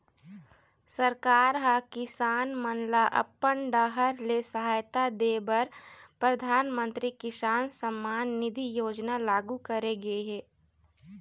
सरकार ह किसान मन ल अपन डाहर ले सहायता दे बर परधानमंतरी किसान सम्मान निधि योजना लागू करे गे हे